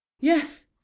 Yes